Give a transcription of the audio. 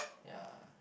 ya